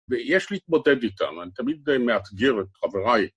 ויש להתמודד איתם, אני תמיד מאתגר את חבריי.